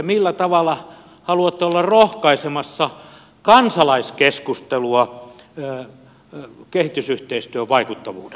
millä tavalla haluatte olla rohkaisemassa kansalaiskeskustelua kehitysyhteistyön vaikuttavuudesta